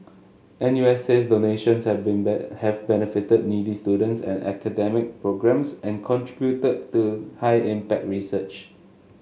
N U S says donations have been bat have benefited needy students and academic programmes and contributed to high impact research